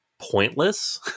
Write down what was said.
pointless